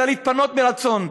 אלא להתפנות מרצון.